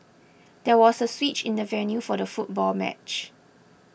there was a switch in the venue for the football match